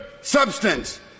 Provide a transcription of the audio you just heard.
substance